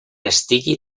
estigui